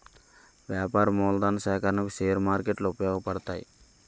వ్యాపార మూలధన సేకరణకు షేర్ మార్కెట్లు ఉపయోగపడతాయి